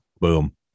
Boom